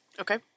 Okay